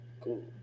Cool